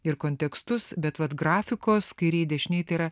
ir kontekstus bet vat grafikos kairėj dešinėj tai yra